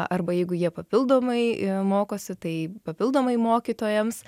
arba jeigu jie papildomai mokosi tai papildomai mokytojams